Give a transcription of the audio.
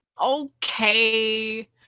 Okay